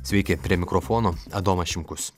sveiki prie mikrofono adomas šimkus